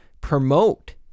promote